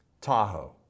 Tahoe